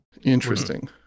Interesting